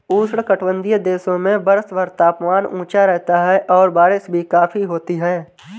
उष्णकटिबंधीय देशों में वर्षभर तापमान ऊंचा रहता है और बारिश भी काफी होती है